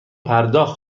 پرداخت